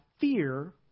fear